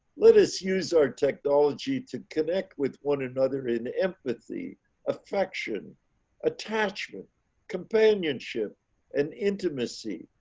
let us use our technology to connect with one another in empathy affection attachment companionship and intimacy,